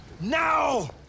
Now